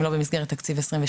אם לא במסגרת תקציב 2022,